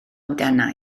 amdana